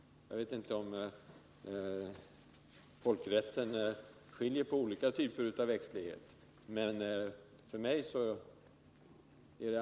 Jag vet inte om folkrätten skiljer på olika typer av växtlighet i sådana sammanhang.